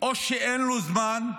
או שאין לו זמן,